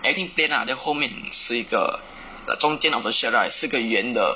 I think plain lah then 后面是一个中间 of the shirt right 是一个圆的